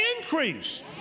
increase